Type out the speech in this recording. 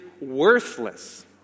worthless